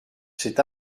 cet